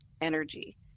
energy